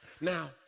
Now